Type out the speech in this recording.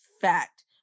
fact